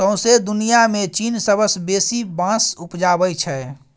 सौंसे दुनियाँ मे चीन सबसँ बेसी बाँस उपजाबै छै